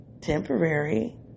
temporary